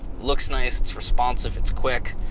looks nice, it's responsive, it's quick.